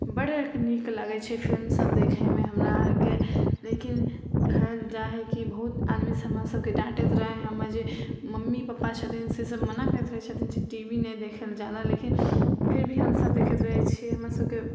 बड़ नीक लागै छै फिलिम सब देखैमे हमरा आरके लेकिन कहल जाइ हइ कि बहुत आदमीसभ हमरासभकेँ डाँटैत रहै हमर जे मम्मी पप्पा छथिन से सब मना करैत रहै छथिन टी वी नहि देखैले जादा लेकिन फिर भी हमसभ देखैत रहै छिए हमरसभकेँ